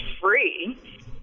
free